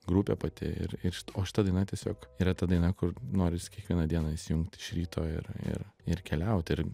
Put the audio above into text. grupė pati ir ir o šita daina tiesiog yra ta daina kur norisi kiekvieną dieną įsijungt iš ryto ir ir ir keliaut ir